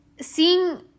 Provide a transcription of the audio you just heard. seeing